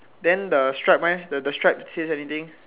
then the stripe leh the the stripe says anything